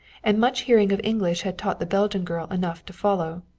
and much hearing of english had taught the belgian girl enough to follow.